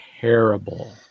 terrible